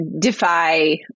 defy